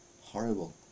Horrible